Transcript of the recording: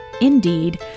Indeed